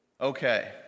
Okay